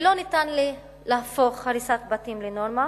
ולא ניתן להפוך הריסת בתים לנורמה